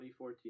2014